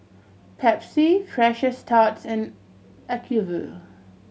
Pepsi Precious Thots and Acuvue